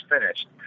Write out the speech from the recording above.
finished